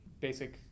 basic